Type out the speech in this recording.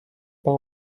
pas